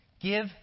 Give